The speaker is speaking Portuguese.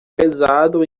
pesado